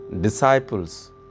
Disciples